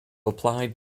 applied